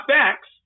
facts